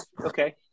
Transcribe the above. Okay